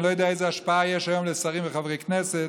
אני לא יודע איזו השפעה יש היום לשרים ולחברי כנסת,